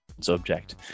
subject